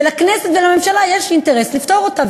ולכנסת ולממשלה יש אינטרס לפתור אותה,